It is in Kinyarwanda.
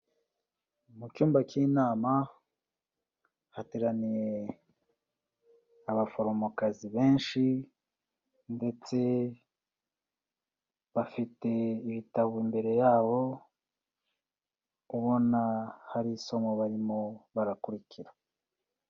Mu cyumba cy'inama hateraniye abaforomokazi benshi ndetse bafite ibitabo imbere yabo ubona hari isomo barimo barakurikira.